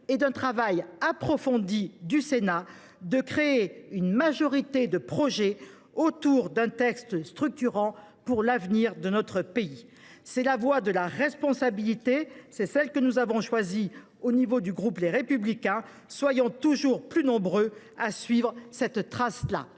et d’un travail approfondi du Sénat, de créer une majorité de projet autour d’un texte structurant pour l’avenir de notre pays. C’est la voie de la responsabilité, celle que le groupe Les Républicains a choisie ; soyons toujours plus nombreux à suivre cette trace là